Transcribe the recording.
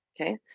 okay